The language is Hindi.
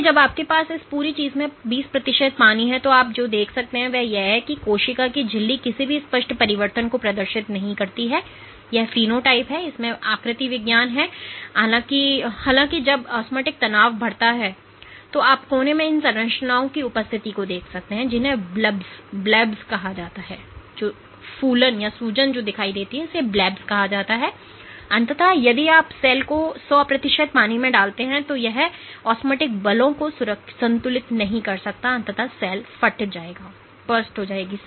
इसलिए जब आपके पास इस पूरी चीज़ में 20 प्रतिशत पानी है तो आप जो देख सकते हैं वह यह है कि कोशिका की झिल्ली किसी भी स्पष्ट परिवर्तन को प्रदर्शित नहीं करती है यह फेनोटाइप है या इसमें आकृति विज्ञान है हालाँकि जब ऑस्मोटिक तनाव बढ़ता रहता है तो आप कोने में इन संरचनाओं की उपस्थिति को देखते हैं जिन्हें ब्लब्स कहा जाता है और अंततः यदि आप सेल को 100 प्रतिशत पानी में डालते हैं तो यह ऑस्मोटिक बलों को संतुलित नहीं कर सकता है और अंततः सेल फट जाएगा